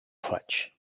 faig